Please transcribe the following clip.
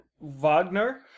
Wagner